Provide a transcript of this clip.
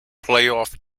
playoff